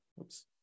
Oops